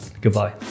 goodbye